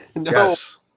Yes